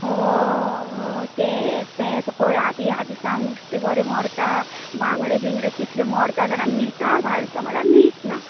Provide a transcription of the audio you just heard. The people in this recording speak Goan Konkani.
हय हय तेंच तेंच पळय आतां ह्या दिसान नुस्तें बरें मरता बांगडे बिंगडे कितले मरता जाणा मिठा घालता म्हणळ्यार मीठ ना